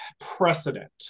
precedent